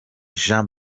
jean